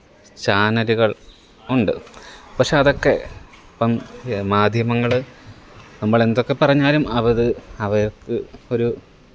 ചാനലുകള് ഉണ്ട് പക്ഷെ അതെക്കെ ഇപ്പം മാധ്യമങ്ങള് നമ്മളെന്തൊക്ക പറഞ്ഞാലും അവത് അവര്ക്ക് ഒര്